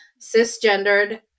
cisgendered